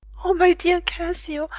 o my dear cassio,